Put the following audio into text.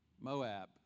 Moab